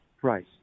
price